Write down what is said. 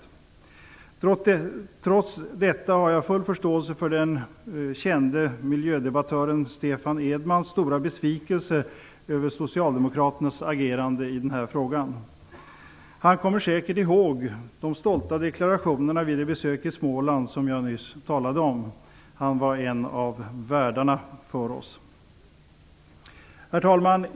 Trots detta har jag full förståelse för den kände miljödebattören Stefan Edmans stora besvikelse över socialdemokraternas agerande i den här frågan. Han kommer säkert ihåg de stolta deklarationerna vid det besök i Småland som jag nyss talade om. Han var en av våra värdar. Herr talman!